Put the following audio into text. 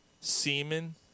semen